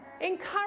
Encourage